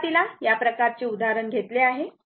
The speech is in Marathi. सुरुवातीला या प्रकारचे उदाहरण घेतलेले आहे